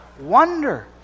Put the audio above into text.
wonder